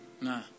Nah